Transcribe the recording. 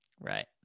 Right